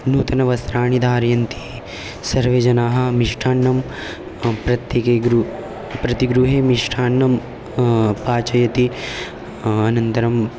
नूतनवस्त्राणि धारयन्ति सर्वे जनाः मृष्टान्नं प्रत्येके गृ प्रतिगृहे मृष्टान्नं पाचयति अनन्तरं